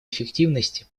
эффективности